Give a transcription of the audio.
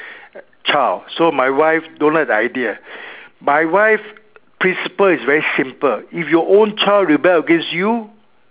child so my wife don't like the idea my wife principle is very simple if your own child rebel against you